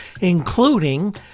including